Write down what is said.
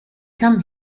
come